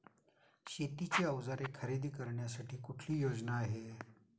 शेतीची अवजारे खरेदी करण्यासाठी कुठली योजना आहे?